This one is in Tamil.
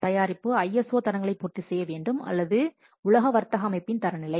தயாரிப்பு ISO தரங்களை பூர்த்தி செய்ய வேண்டும் அல்லது தயாரிப்பு உலக வர்த்தக அமைப்பின் தரநிலை